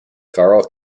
karl